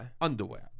underwear